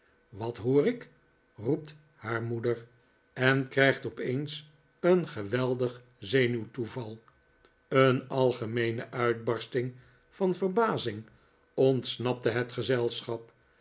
wat hoor ik roept haar moeder en krijgt opeens een geweldig zenuwtoeval een algemeene uitbarsting van verbazing ontsnapte het gezelschap